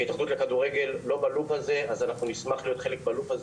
אנחנו כהתאחדות לכדורגל לא מעורבים בזה ונשמח להיות מעורבים,